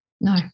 No